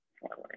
forward